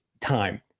time